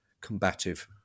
combative